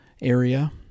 area